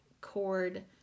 cord